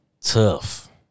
tough